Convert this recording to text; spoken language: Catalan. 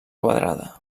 quadrada